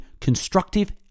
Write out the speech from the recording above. constructive